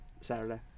Saturday